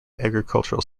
agricultural